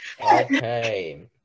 Okay